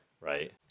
right